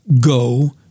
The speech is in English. go